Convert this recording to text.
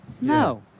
No